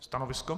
Stanovisko?